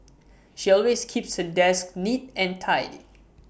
she always keeps her desks neat and tidy